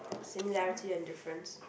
similarity and difference